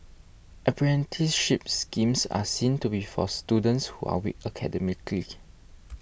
apprenticeship schemes are seen to be for students who are weak academically